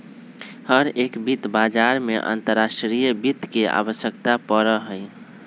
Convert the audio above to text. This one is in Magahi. हर एक वित्त बाजार में अंतर्राष्ट्रीय वित्त के आवश्यकता पड़ा हई